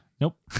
Nope